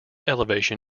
elevation